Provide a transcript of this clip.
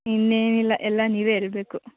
ಇನ್ನೇನಿಲ್ಲ ಎಲ್ಲ ನೀವೇ ಹೇಳ್ಬೇಕು